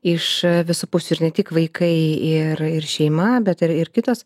iš visų pusių ir ne tik vaikai ir šeima bet ir kitos